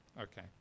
Okay